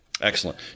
Excellent